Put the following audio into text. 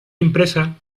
impresa